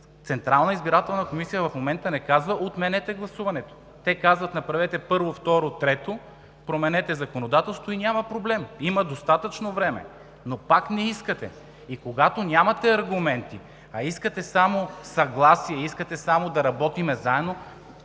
Централната избирателна комисия в момента не казва: отменете гласуването. Те казват: направете първо, второ, трето, променете законодателството и няма проблем. Има достатъчно време, но пак не искате. Когато нямате аргументи, а искате само съгласие, искате само да работим заедно